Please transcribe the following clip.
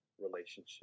relationship